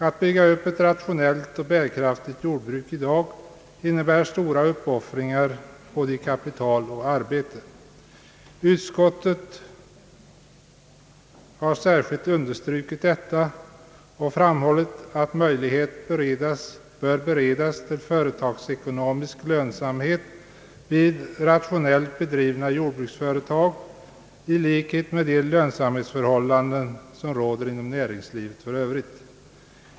Att bygga upp ett rationellt och bär kraftigt jordbruk i dag innebär stora uppoffringar i både kapital och arbete. Utskottet har särskilt understrukit detta och framhållit att möjlighet bör beredas till företagsekonomisk lönsamhet vid rationellt bedrivna jordbruksföretag så att man får samma lönsamhetsförhållanden som råder inom näringslivet i övrigt.